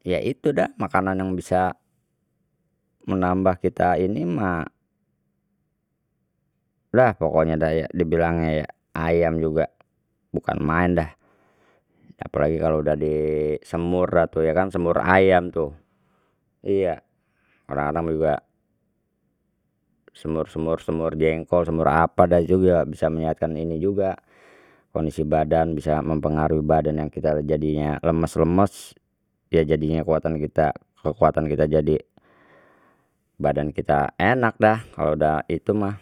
ya itu dah makanan yang bisa menambah kita ini mah dah pokoknya dah ya dibilangnya ya ayam juga bukan maen dah apalagi kalau udah disemur dah tu ya kan semur ayam tu, iya kadang kadang juga semur semur semur jengkol semur apa dah juga bisa menyehatkan ini juga kondisi badan bisa mempengaruhi badan yang kita jadinya lemes lemesya jadinya kuatan kita kekuatan kita jadi badan kita enak dah kalau dah itu mah.